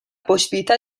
possibilità